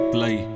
Play